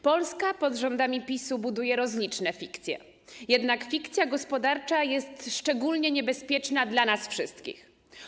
Polska pod rządami PiS buduje rozliczne fikcje, jednak fikcja gospodarcza jest szczególnie niebezpieczna dla nas wszystkich.